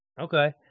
Okay